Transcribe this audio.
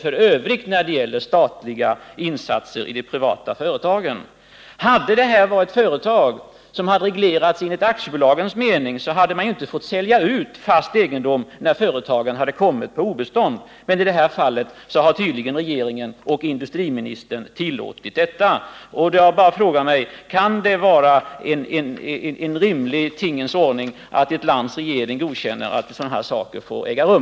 Om det hade gällt företag som regleras enligt aktiebolagslagen hade man inte fått sälja ut fast egendom när företagen kommit på obestånd, men i detta fall har regeringen och industriministern tydligen tillåtit detta. Jag frågar mig: Kan det vara en rimlig tingens ordning att en regering godkänner att sådant äger rum?